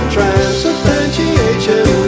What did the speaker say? Transubstantiation